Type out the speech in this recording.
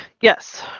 Yes